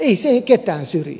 ei se ketään syrji